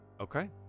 Okay